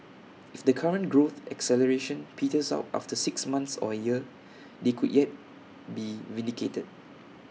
if the current growth acceleration peters out after six months or A year they could yet be vindicated